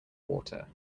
water